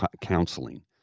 counseling